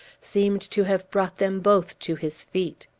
seemed to have brought them both to his feet!